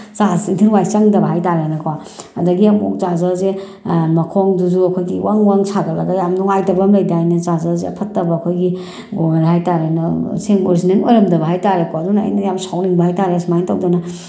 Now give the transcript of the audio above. ꯆꯥꯔꯖꯁꯦ ꯏꯟꯊꯤ ꯅꯨꯡꯉꯥꯏ ꯆꯪꯗꯕ ꯍꯥꯏ ꯇꯥꯔꯦꯅꯦ ꯀꯣ ꯑꯗꯒꯤ ꯑꯃꯨꯛ ꯆꯥꯔꯖꯔꯁꯦ ꯃꯈꯣꯡꯗꯨꯁꯨ ꯑꯩꯈꯣꯏꯒꯤ ꯋꯪ ꯋꯪ ꯁꯥꯒꯠꯂꯒ ꯌꯥꯝ ꯅꯨꯡꯉꯥꯏꯇꯕ ꯑꯃ ꯂꯩꯗꯥꯏꯅꯦ ꯆꯥꯔꯖꯔꯁꯦ ꯑꯐꯠꯇꯕ ꯑꯩꯈꯣꯏꯒꯤ ꯑꯣꯏ ꯍꯥꯏ ꯇꯥꯔꯦꯅꯦ ꯁꯤ ꯑꯣꯔꯤꯖꯤꯅꯦꯜ ꯑꯣꯏꯔꯝꯗꯕ ꯍꯥꯏ ꯇꯥꯔꯦ ꯀꯣ ꯑꯗꯨꯅ ꯑꯩꯅ ꯌꯥꯝ ꯁꯥꯎꯅꯤꯡꯕ ꯍꯥꯏ ꯇꯥꯔꯦ ꯁꯨꯃꯥꯏꯅ ꯇꯧꯗꯅ